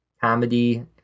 comedy